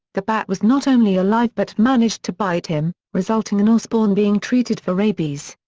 the bat was not only alive but managed to bite him, resulting in osbourne being treated for rabies.